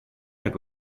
that